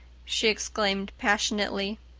she exclaimed passionately.